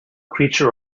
creature